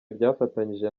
ryafatanyije